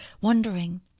wondering